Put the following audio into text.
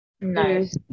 Nice